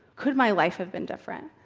could my life had been different?